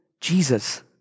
Jesus